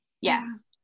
Yes